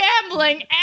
gambling